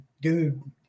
dude